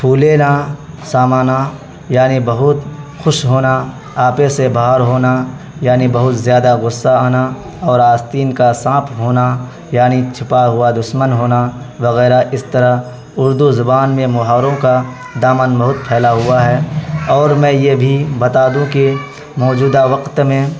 پھولےینا سامانا یعنی بہت خوش ہونا آپے سے باہر ہونا یعنی بہت زیادہ غصہ آنا اور آستین کا سانپ ہونا یعنی چھپا ہوا دشمن ہونا وغیرہ اس طرح اردو زبان میں محاوروں کا دامن بہت پھیلا ہوا ہے اور میں یہ بھی بتا دوں کہ موجودہ وقت میں